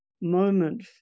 moment